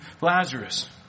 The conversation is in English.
Lazarus